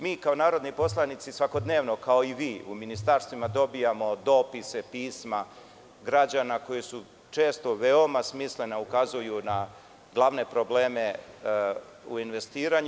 Mi kao narodni poslanici svakodnevno kao i vi u ministarstvima dobijamo dopise, pisma građana koji su često veoma smislena, ukazuju na glavne probleme u investiranju.